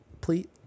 please